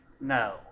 no